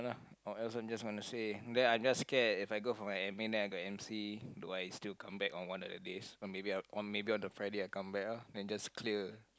or else I'm just gonna say then I just scared if I go for my admin then I got M_C do I still come back on one of the days or maybe or maybe on the Friday I come back ah then just clear